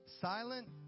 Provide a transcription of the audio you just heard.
silent